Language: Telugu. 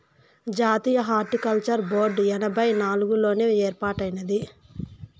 జాతీయ హార్టికల్చర్ బోర్డు ఎనభై నాలుగుల్లోనే ఏర్పాటైనాది